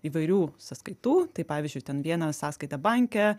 įvairių sąskaitų tai pavyzdžiui ten vieną sąskaitą banke